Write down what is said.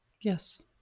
Yes